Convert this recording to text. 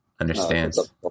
understands